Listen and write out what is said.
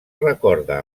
recorda